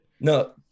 no